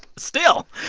still?